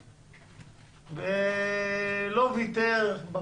והוא לא ויתר.